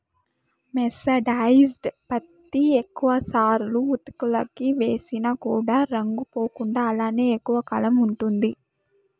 mercerised పత్తి ఎక్కువ సార్లు ఉతుకులకి వేసిన కూడా రంగు పోకుండా అలానే ఎక్కువ కాలం ఉంటుంది